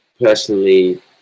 personally